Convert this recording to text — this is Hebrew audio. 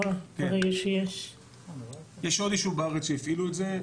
יש עוד ישוב בארץ שהפעילו את זה,